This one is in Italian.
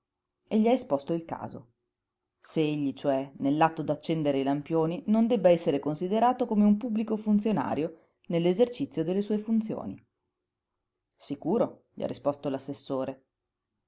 e gli ha esposto il caso se egli cioè nell'atto d'accendere i lampioni non debba essere considerato come un pubblico funzionario nell'esercizio delle sue funzioni sicuro gli ha risposto